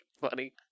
funny